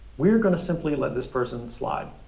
we're going to simply let this person slide.